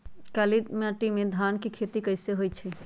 काली माटी में धान के खेती कईसे होइ छइ?